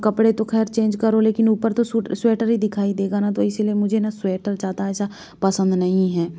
कपड़े तो ख़ैर चेंज करो लेकिन ऊपर तो सूट स्वटर ही दिखाई देगा ना तो इसीलिए मुझे ना स्वेटर ज़्यादा ऐसा पसंद नहीं है